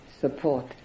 support